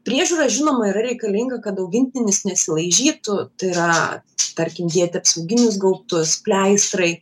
priežiūra žinoma yra reikalinga kad augintinis nesilaižytų tai yra tarkim dėti apsauginius gaubtus pleistrai